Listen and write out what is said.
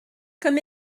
come